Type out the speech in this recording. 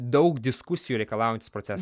daug diskusijų reikalaujantis procesas